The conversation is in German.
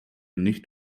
nicht